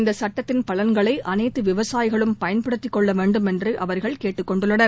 இந்த சட்டத்தின் பலன்களை அனைத்து விவசாயிகளும் பயன்படுத்திக் கொள்ள வேண்டும் என்று அவர்கள் கேட்டுக் கொண்டுள்ளனர்